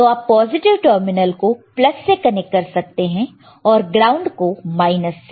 तो आप positive terminal को प्लस से कनेक्ट कर सकते हैं और ग्राउंड को माइनस से